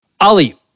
Ali